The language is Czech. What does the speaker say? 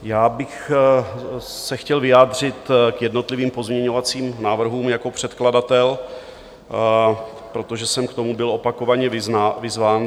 Já bych se chtěl vyjádřit k jednotlivým pozměňovacím návrhům jako předkladatel, protože jsem k tomu byl opakovaně vyzván.